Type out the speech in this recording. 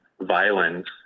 violence